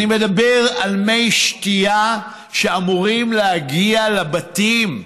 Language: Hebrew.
אני מדבר על מי שתייה שאמורים להגיע לבתים,